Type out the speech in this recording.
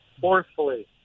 forcefully